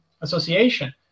Association